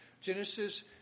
Genesis